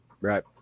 Right